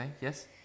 yes